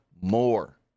more